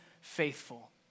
faithful